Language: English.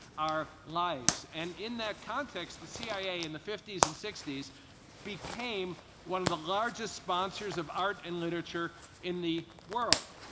our lives. and in that context the cia in the fifty s and sixty s because one of the largest sponsors of art and literature in the world.